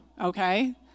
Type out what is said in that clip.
Okay